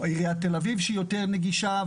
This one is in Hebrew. עירית תל אביב שהיא יותר נגישה,